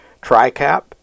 Tricap